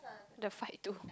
the fight too